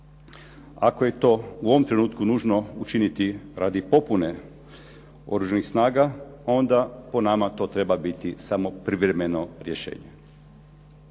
Ako je to u ovom trenutku nužno učiniti radi popune Oružanih snaga, onda po nama to treba biti samo privremeno rješenje.